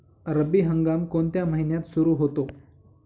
रब्बी हंगाम कोणत्या महिन्यात सुरु होतो?